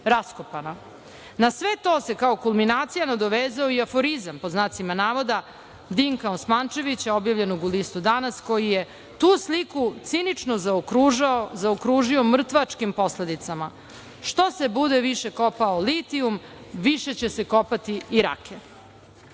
sve to se kao kulminacija nadovezao i aforizam, pod znacima navoda, Dinka Osmančevića, objavljen u listu „Danas“, koji je tu sliku cinično zaokružio mrtvačkim posledicama – Što se bude više kopao litijum više će se kopati i rake. Pa,